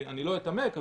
אני לא אתעמק,